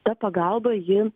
ta pagalba ji